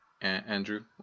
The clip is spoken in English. Andrew